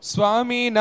Swami